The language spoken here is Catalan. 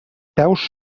peus